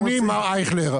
אדוני מר אייכלר,